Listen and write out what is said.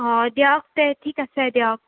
অঁ দিয়ক তে ঠিক আছে দিয়ক